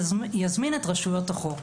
יזמין את רשויות החוק.